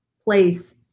place